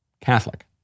Catholic